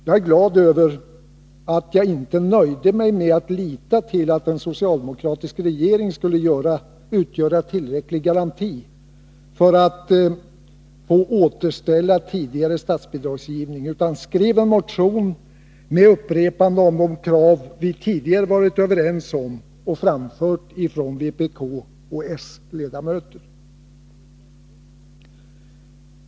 Jag är glad över att jag inte nöjt mig med att lita till att en socialdemokratisk regering skulle utgöra en tillräcklig garanti för ett återställande av den tidigare nivån när det gäller statsbidragsgivningen. I stället har jag skrivit en motion, där jag upprepat de krav som vi tidigare varit överens om och som framförts av vpk:s och socialdemokraternas ledamöter.